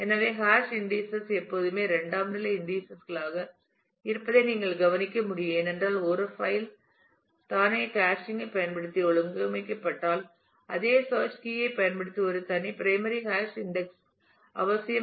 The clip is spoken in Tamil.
எனவே ஹாஷ் இன்டீஸஸ் எப்போதுமே இரண்டாம் நிலை இன்டீஸஸ் களாக இருப்பதை நீங்கள் கவனிக்க முடியும் ஏனென்றால் ஒரு பைல் தானே ஹாஷிங்கைப் பயன்படுத்தி ஒழுங்கமைக்கப்பட்டால் அதே சேர்ச் கீ களைப் பயன்படுத்தி ஒரு தனி பிரைமரி ஹாஷ் இன்டெக்ஸ் அவசியம்